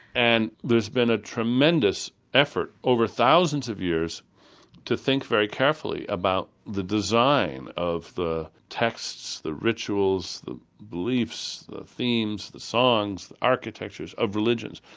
and there's been a tremendous effort over thousands of years to think very carefully about the design of the texts, the rituals, the beliefs, the themes, the songs, the architectures of religions.